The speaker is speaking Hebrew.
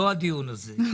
זה לא הדיון הזה.